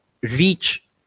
reach